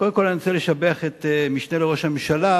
קודם כול, אני רוצה לשבח את המשנה לראש הממשלה,